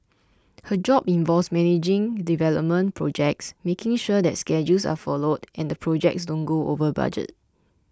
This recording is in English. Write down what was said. her job involves managing development projects making sure that schedules are followed and the projects don't go over budget